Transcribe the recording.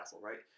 right